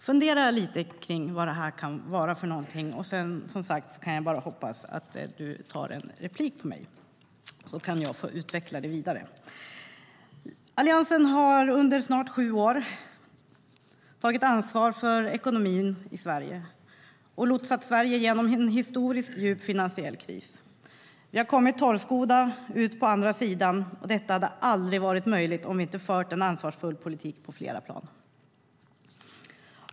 Fundera lite om vad detta kan vara, och sedan hoppas jag att du begär replik på mig så att jag kan utveckla detta vidare. Alliansen har under snart sju år tagit ansvar för ekonomin i Sverige och lotsat Sverige igenom en historiskt djup finansiell kris. Vi har kommit torrskodda ut på andra sidan, och detta hade aldrig varit möjligt om vi inte hade fört en ansvarsfull politik på flera plan.